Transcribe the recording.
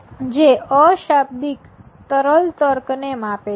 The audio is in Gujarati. જે આશાબ્દિક તરલ તર્કને માપે છે